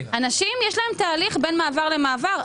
לאנשים יש תהליך בין מעבר למעבר.